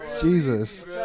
Jesus